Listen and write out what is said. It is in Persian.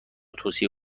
توصیه